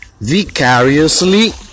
vicariously